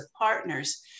partners